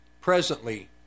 presently